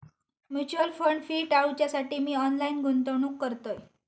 mutual fund fee टाळूच्यासाठी मी online गुंतवणूक करतय